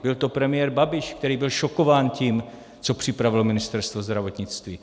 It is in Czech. Byl to premiér Babiš, který byl šokován tím, co připravilo Ministerstvo zdravotnictví.